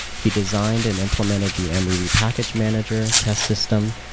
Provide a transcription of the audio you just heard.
he designed and implemented the and mruby package manager, test system,